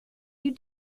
you